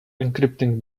encrypting